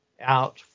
out